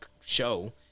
show